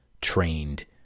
trained